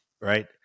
Right